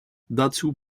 dazu